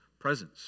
presence